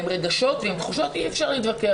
עם רגשות ועם תחושות, אין מה להתווכח.